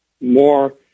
more